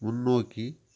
முன்னோக்கி